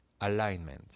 alignment